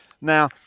Now